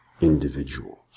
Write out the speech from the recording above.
individuals